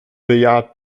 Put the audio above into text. bejaht